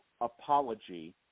apology